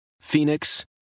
Phoenix